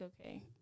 okay